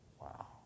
Wow